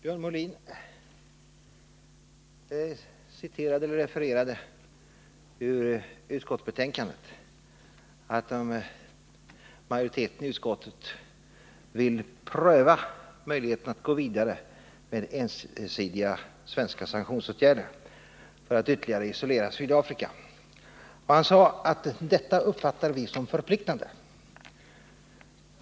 Herr talman! Björn Molin refererade ur utskottsbetänkandet några ord om att majoriteten i utskottet vill pröva möjligheten att gå vidare med ensidiga svenska sanktionsåtgärder för att ytterligare isolera Sydafrika. Han sade: Detta uppfattar vi som förpliktande.